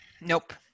Nope